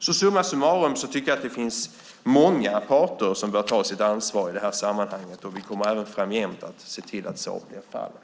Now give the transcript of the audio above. Summa summarum tycker jag att det är många parter som bör ta sitt ansvar i detta sammanhanget, och vi kommer även framgent att se till att så blir fallet.